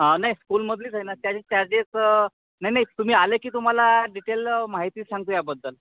आ नाही स्कूलमधलीच आहे ना त्याचे चार्जेस नाही नाही तुम्ही आले की तुम्हाला डिटेल माहिती सांगतो याबद्दल